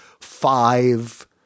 five